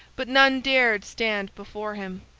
but none dared stand before him,